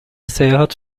seyahat